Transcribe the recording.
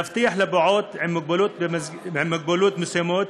להבטיח לפעוט עם מוגבלויות מסוימות